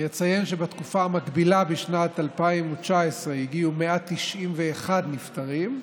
אציין שבתקופה המקבילה בשנת 2019 הגיעו 191 נפטרים,